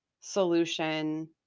solution